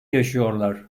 yaşıyorlar